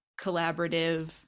collaborative